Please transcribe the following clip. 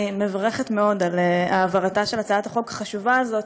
אני מברכת מאוד על העברתה של הצעת החוק החשובה הזאת.